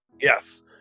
Yes